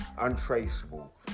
untraceable